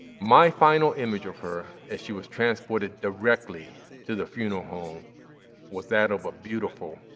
my final image of her as she was transported directly to the funeral home was that of a beautiful,